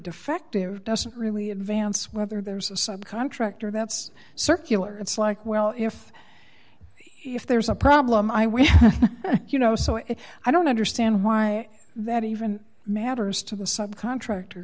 defective doesn't really advance whether there's a subcontractor that's circular it's like well if if there's a problem i will you know so if i don't understand why that even matters to the sub contractor